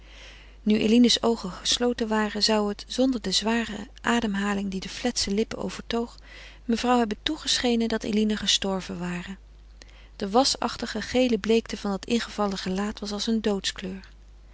nu eline's oogen gesloten waren zou het zonder de zware ademhaling die de fletse lippen overtoog mevrouw hebben toegeschenen dat eline gestorven ware de wasachtige gele bleekte van dat ingevallen gelaat was als een